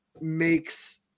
makes